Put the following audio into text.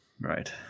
Right